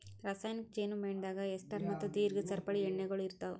ರಾಸಾಯನಿಕ್ ಜೇನು ಮೇಣದಾಗ್ ಎಸ್ಟರ್ ಮತ್ತ ದೀರ್ಘ ಸರಪಳಿ ಎಣ್ಣೆಗೊಳ್ ಇರ್ತಾವ್